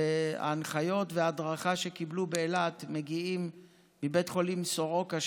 ההנחיות וההדרכה שקיבלו באילת מגיעות מבית חולים סורוקה,